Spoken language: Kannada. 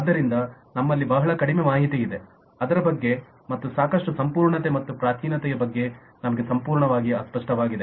ಆದ್ದರಿಂದ ನಮ್ಮಲ್ಲಿ ಬಹಳ ಕಡಿಮೆ ಮಾಹಿತಿ ಇದೆ ಅದರ ಬಗ್ಗೆ ಮತ್ತು ಸಾಕಷ್ಟು ಸಂಪೂರ್ಣತೆ ಮತ್ತು ಪ್ರಾಚೀನತೆಯ ಬಗ್ಗೆ ನಮಗೆ ಸಂಪೂರ್ಣವಾಗಿ ಅಸ್ಪಷ್ಟವಾಗಿದೆ